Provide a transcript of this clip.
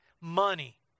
money